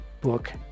book